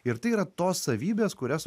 ir tai yra tos savybės kurias